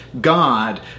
God